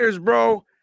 bro